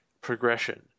progression